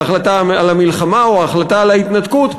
ההחלטה על המלחמה או ההחלטה על ההתנתקות,